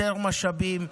יותר משאבים,